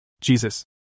Jesus